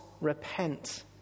repent